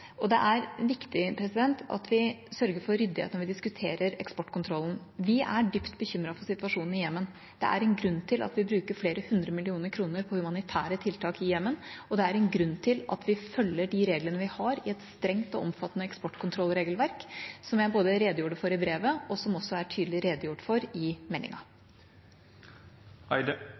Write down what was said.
Det er viktig at vi sørger for ryddighet når vi diskuterer eksportkontrollen. Vi er dypt bekymret for situasjonen i Jemen. Det er en grunn til at vi bruker flere hundre millioner kroner på humanitære tiltak i Jemen, og det er en grunn til at vi følger de reglene vi har i et strengt og omfattende eksportkontrollregelverk – som jeg redegjorde for i brevet, og som også er tydelig redegjort for i